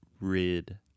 rid